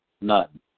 none